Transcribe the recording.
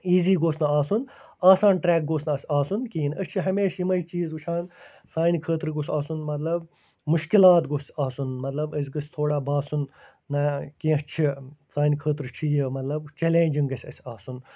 easy گوٚژھ نہٕ آسُن آسان ٹرٛٮ۪ک گوٚژھ نہٕ اَسہِ آسُن کِہیٖنۍ أسۍ چھِ ہمیشہِ یِمَے چیٖز وٕچھان سانہِ خٲطرٕ گوٚژھ آسُن مطلب مُشکِلات گوٚژھ آسُن مطلب أسۍ گٔژھۍ تھوڑا باسُن نہ کیٚنہہ چھِ سانہِ خٲطرٕ چھُ یہِ مطلب چَلینجِنٛگ گژھِ اَسہِ آسُن